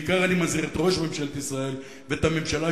בעיקר אני מזהיר את ראש ממשלת ישראל ואת הממשלה,